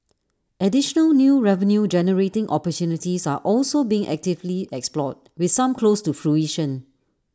additional new revenue generating opportunities are also being actively explored with some close to fruition